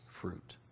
fruit